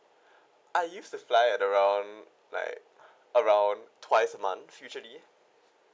I used to fly at around like around twice a month usually